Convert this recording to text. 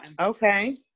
okay